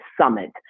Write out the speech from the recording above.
summit